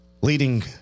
leading